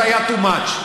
זה היה too much.